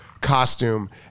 costume